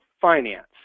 finance